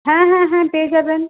হ্যাঁ হ্যাঁ হ্যাঁ পেয়ে যাবেন